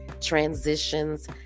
transitions